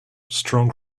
strong